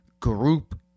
group